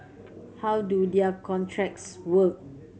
how do their contracts work